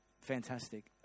Fantastic